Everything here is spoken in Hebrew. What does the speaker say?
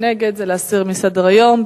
נגד זה להסיר מסדר-היום.